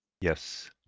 Yes